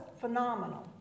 phenomenal